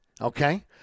okay